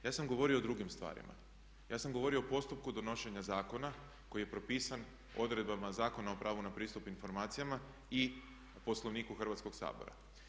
Ja sam govorio o drugim stvarima, ja sam govorio o postupku donošenja zakona koji je propisan odredbama Zakona o pravu na pristup informacijama i o Poslovniku Hrvatskoga sabora.